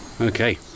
Okay